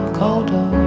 colder